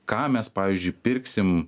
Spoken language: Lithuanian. ką mes pavyzdžiui pirksim